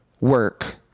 work